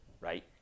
right